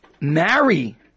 marry